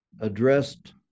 addressed